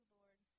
Lord